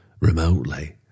remotely